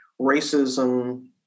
racism